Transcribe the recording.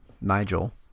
Nigel